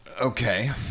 Okay